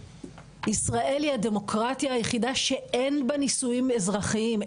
ישראל היא הדמוקרטיה היחידה שאין בה נישואים אזרחיים,